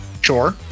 sure